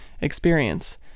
experience